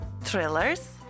thrillers